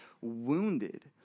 wounded